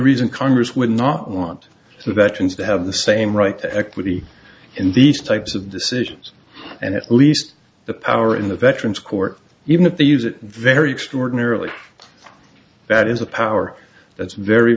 reason congress would not want the veterans to have the same right to equity in these types of decisions and at least the power in the veterans court even if they use it very extraordinary that is a power that's very